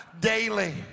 daily